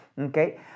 Okay